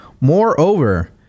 Moreover